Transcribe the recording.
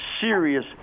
serious